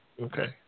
Okay